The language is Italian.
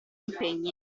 impegni